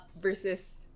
versus